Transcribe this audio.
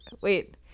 wait